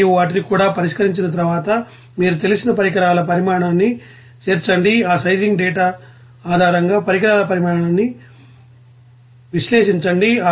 మరియు వాటిని కూడా పరిష్కరించిన తర్వాత మీకు తెలిసిన పరికరాల పరిమాణాన్ని చేర్చండి ఆ సైజింగ్ డేటా ఆధారంగా పరికరాల పరిమాణాన్ని విశ్లేషించండి